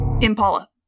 Impala